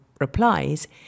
replies